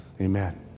Amen